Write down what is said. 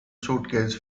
suitcases